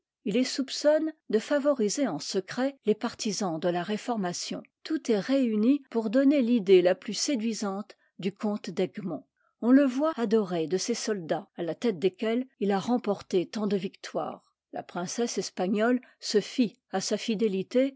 il les soupçonne de favoriser en secret les partisans de la réformation tout est réuni pour donner l'idée la plus séduisante du comte d'egmont on le voit adoré de ses soldats à la tête desquels il a remporté tant de victoires la princesse espagnole se fie à sa fidélité